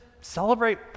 celebrate